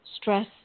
stress